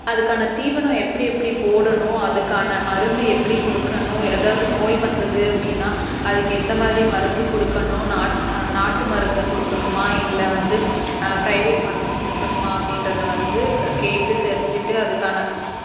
அதுக்கான தீவனம் எப்படி எப்படி போடணும் அதுக்கான மருந்து எப்படி கொடுக்கணும் ஏதாவது நோய் வந்தது அப்படின்னா அதுக்கு எந்த மாதிரி மருந்து கொடுக்கணும் நாட்டு மருந்து கொடுக்கணுமா இல்லை வந்து ப்ரைவேட் மருந்து கொடுக்கணுமா அப்படின்றத வந்து கேட்டு தெரிஞ்சுட்டு அதுக்கான